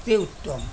ভক্তি উত্তম